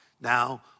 now